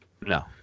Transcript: No